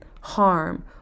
harm